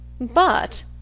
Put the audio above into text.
But